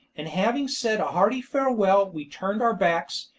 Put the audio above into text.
and having said a hearty farewell we turned our backs,